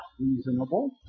reasonable